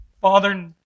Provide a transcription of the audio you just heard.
father